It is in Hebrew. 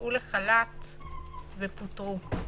שהוצאו לחל"ת ופוטרו,